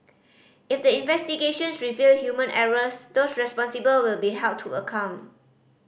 if the investigations reveal human errors those responsible will be held to account